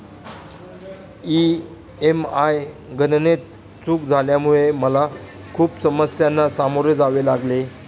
EMI गणनेत चूक झाल्यामुळे मला खूप समस्यांना सामोरे जावे लागले